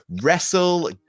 Wrestle